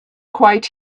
quite